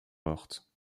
portes